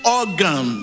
organ